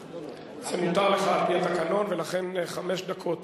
מותר לך, לפי התקנון, ולכן, חמש דקות,